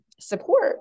support